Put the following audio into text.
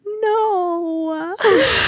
No